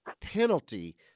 penalty